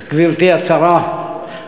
גברתי השרה,